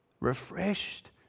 refreshed